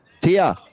tia